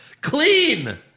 Clean